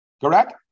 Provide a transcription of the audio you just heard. Correct